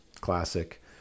classic